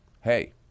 hey